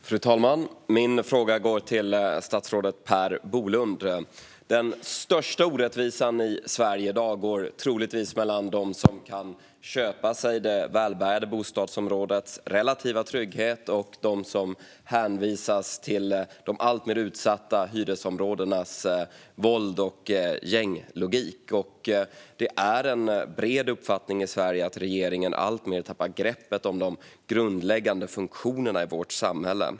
Fru talman! Min fråga går till statsrådet Per Bolund. Den största orättvisan i Sverige i dag finns troligtvis mellan dem som kan köpa sig det välbärgade bostadsområdets relativa trygghet och dem som hänvisas till de alltmer utsatta hyresområdenas våld och gänglogik. Det är en bred uppfattning i Sverige att regeringen alltmer tappar greppet om de grundläggande funktionerna i vårt samhälle.